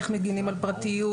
איך מגינים על פרטיות.